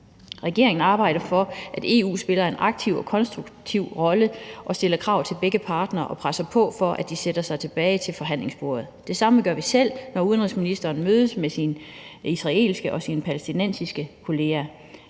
Regeringen arbejder for, at EU spiller en aktiv og konstruktiv rolle og stiller krav til begge parter og presser på, for at de sætter sig tilbage ved forhandlingsbordet. Det samme gør vi selv, når udenrigsministeren mødes med sine israelske og palæstinensiske kollegaer.